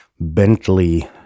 Bentley